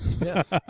Yes